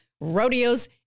rodeos